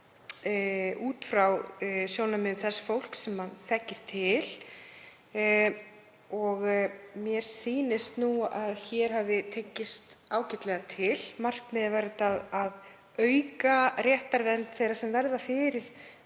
út frá sjónarmiðum þess fólk sem þekkir til. Mér sýnist að hér hafi tekist ágætlega til. Markmiðið var að auka réttarvernd þeirra sem verða fyrir